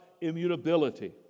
immutability